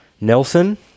Nelson